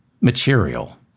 material